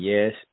Yes